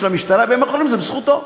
של המשטרה בימים האחרונים הם בזכותו.